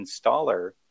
installer